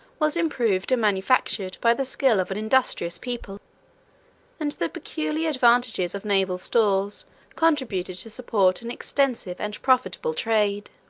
was improved and manufactured by the skill of an industrious people and the peculiar advantages of naval stores contributed to support an extensive and profitable trade.